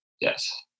Yes